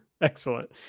Excellent